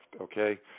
okay